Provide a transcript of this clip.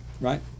right